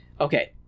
Okay